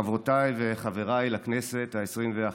חברותיי וחבריי לכנסת העשרים-ואחת,